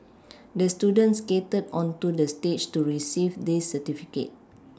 the student skated onto the stage to receive this certificate